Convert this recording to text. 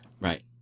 Right